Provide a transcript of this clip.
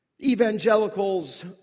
evangelicals